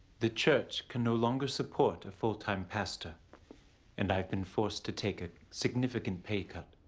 the church can no longer support a full time pastor and i have been forced to take a significant pay cut.